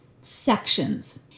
sections